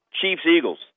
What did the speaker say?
Chiefs-Eagles